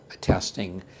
testing